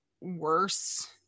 worse